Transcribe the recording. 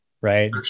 right